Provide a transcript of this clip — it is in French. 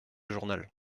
journal